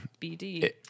BD